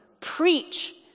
preach